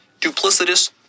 duplicitous